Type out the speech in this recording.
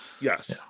Yes